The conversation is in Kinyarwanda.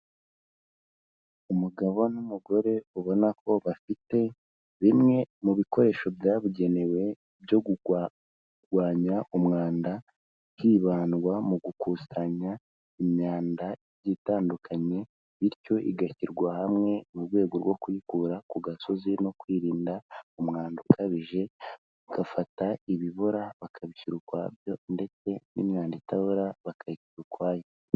Umugabo n'umugore ubona ko bafite bimwe mu bikoresho byabugenewe byo kurwanya umwanda, hibandwa mu gukusanya imyanda itandukanye bityo igashyirwa hamwe mu rwego rwo kuyikura ku gasozi no kwirinda umwanda ukabije, bagafata ibibora bakabishyira ukwabyo ndetse n'imyanda itabora bakayishyira ukwayo.